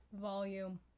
volume